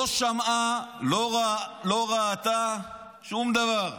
לא שמעה, לא ראתה, שום דבר.